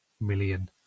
million